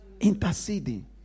Interceding